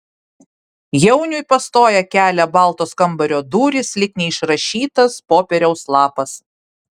jauniui pastoja kelią baltos kambario durys lyg neišrašytas popieriaus lapas